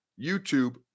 YouTube